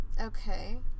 Okay